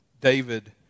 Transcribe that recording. David